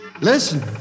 Listen